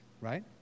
right